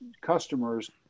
customers